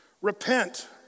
repent